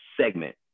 segment